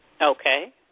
Okay